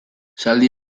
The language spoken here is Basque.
zaldi